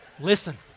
Listen